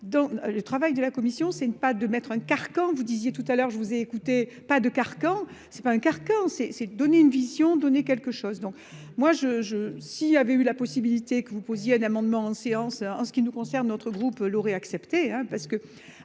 dans le travail de la commission c'est ne pas de mettre un carcan. Vous disiez tout à l'heure je vous ai écouté, pas de carcan. C'est pas un carcan s'est c'est donner une vision donner quelque chose dont moi je je. S'il avait eu la possibilité que vous posiez un amendement en séance en ce qui nous concerne, notre groupe l'aurait accepté hein parce que